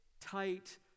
tight